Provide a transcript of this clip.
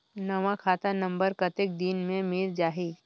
नवा खाता नंबर कतेक दिन मे मिल जाही?